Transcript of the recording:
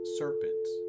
serpents